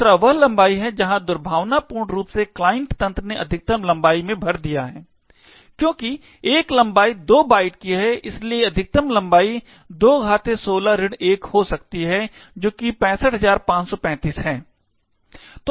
दूसरा वह लंबाई है जहां दुर्भावनापूर्ण रूप से क्लाइंट तंत्र ने अधिकतम लंबाई में भर दिया है क्योंकि एक लंबाई 2 बाइट की है इसलिए अधिकतम लंबाई 216 1 हो सकती है जो कि 65535 है